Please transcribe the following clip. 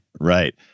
right